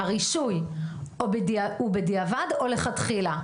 הרישוי הוא בדיעבד או מלכתחילה?